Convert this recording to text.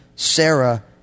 Sarah